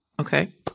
Okay